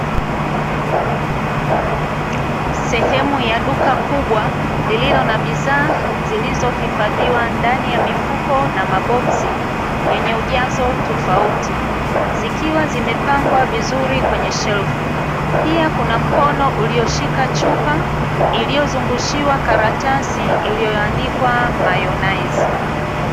Sehemu ya duka kubwa lililo na bidhaa zilizohifadhiwa ndani ya mifuko na maboksi yenye ujazo tofauti zikiwa zimepangwa vizuri kwenye shelfu. Pia kuna mkono ulioshika chupa iliyozungushiwa karatasi iliyoandikwa (Mayonnaise).